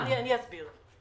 אני אסביר.